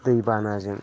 दैबानाजों